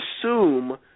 assume